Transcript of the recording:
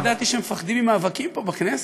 לא ידעתי שמפחדים ממאבקים פה בכנסת.